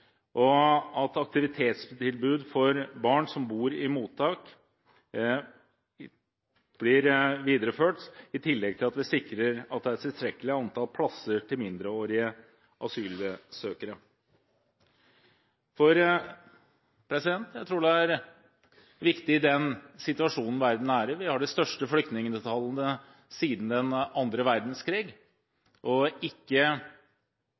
og at aktivitetstilbud for barn som bor i mottak, blir videreført, i tillegg til at vi sikrer tilstrekkelig antall plasser til mindreårige asylsøkere. Jeg tror det er viktig i den situasjonen verden er i – vi har de største flyktningtallene siden den andre verdenskrig – å ikke